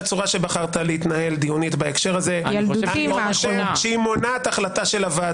שהצורה שבחרת להתנהל דיונית בהקשר הזה מונעת החלטה של הוועדה.